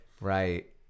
Right